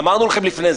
אמרנו לכם לפני זה.